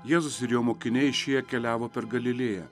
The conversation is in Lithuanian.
jėzus ir jo mokiniai šie keliavo per galilėją